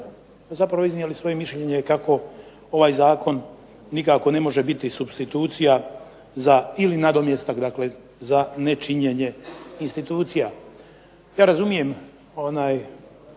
zapravo iznijeli svoje mišljenje kako ovaj zakon nikako ne može biti supstitucija za ili nadomjestak dakle za nečinjenje institucija. Ja razumijem i